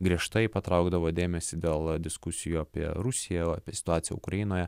griežtai patraukdavo dėmesį dėl diskusijų apie rusiją apie situaciją ukrainoje